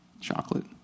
chocolate